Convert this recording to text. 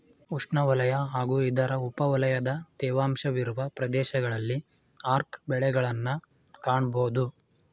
ಉಷ್ಣವಲಯ ಹಾಗೂ ಇದರ ಉಪವಲಯದ ತೇವಾಂಶವಿರುವ ಪ್ರದೇಶದಲ್ಲಿ ಆರ್ಕ ಬೆಳೆಗಳನ್ನ್ ಕಾಣ್ಬೋದು